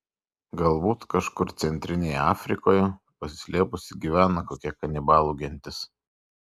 galbūt kažkur centrinėje afrikoje pasislėpusi gyvena kokia kanibalų gentis